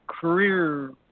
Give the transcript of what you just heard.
career